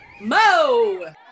mo